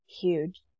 huge